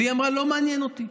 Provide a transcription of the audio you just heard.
והיא אמרה: לא מעניין אותי.